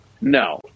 No